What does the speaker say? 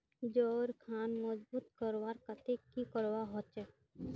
जोड़ खान मजबूत करवार केते की करवा होचए?